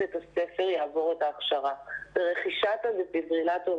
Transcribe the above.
המכשיר נותן חיווי קולי אבל את ההכשרה המינימאלית הזאת צריך לעשות.